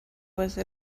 was